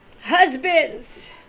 husbands